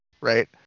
right